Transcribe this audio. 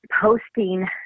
posting